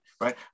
right